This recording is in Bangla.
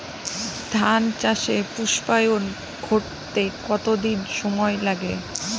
ধান চাষে পুস্পায়ন ঘটতে কতো দিন সময় লাগে?